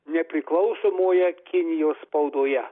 nepriklausomoje kinijos spaudoje